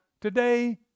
today